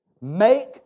Make